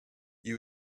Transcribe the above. you